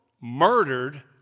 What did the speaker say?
murdered